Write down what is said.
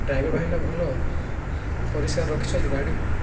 driver ଭାଇନା ଭଲ ପରିଷ୍କାର ରଖିଛନ୍ତି ଗାଡ଼ିକୁ